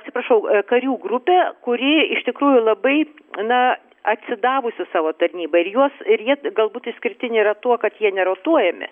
atsiprašau karių grupė kuri iš tikrųjų labai na atsidavusi savo tarnybai ir juos ir jie galbūt išskirtiniai yra tuo kad jie nerotuojami